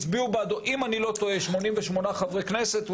אם אני לא טועה, הצביעו בעדו 88 חברי כנסת.